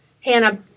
Hannah